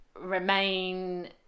remain